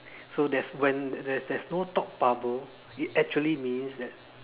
so there is when there's there's no thought bubble it actually means that